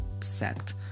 set